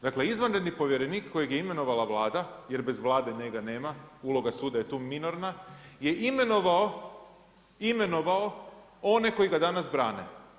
Dakle izvanredni povjerenik kojeg je imenovala Vlada, jer bez Vlade njega nema, uloga suda je tu minorna, je imenovao, imenova one koji ga danas brane.